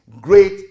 Great